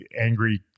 angry